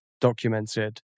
documented